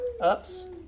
ups